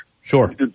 Sure